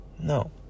No